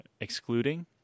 excluding